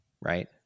right